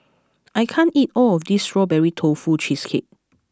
I can't eat all of this Strawberry Tofu Cheesecake